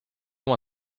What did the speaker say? oma